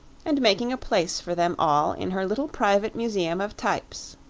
and making a place for them all in her little private museum of types.